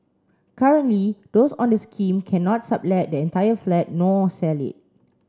currently those on the scheme cannot sublet the entire flat nor sell it